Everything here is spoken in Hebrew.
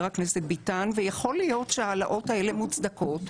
הכנסת ביטן ויכול להיות שההעלאות האלה מוצדקות,